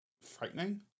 frightening